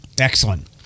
Excellent